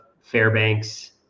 Fairbanks